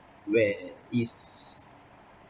where eh it's